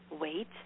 Wait